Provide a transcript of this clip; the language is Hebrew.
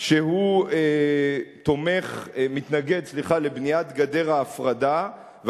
שמתנגד לבניית גדר ההפרדה,